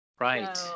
Right